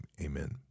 amen